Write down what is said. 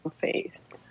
face